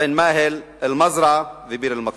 עין-אל-מאהל, אל-מזרעה וביר-אל-מכסור.